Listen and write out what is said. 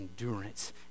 endurance